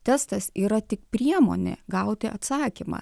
testas yra tik priemonė gauti atsakymą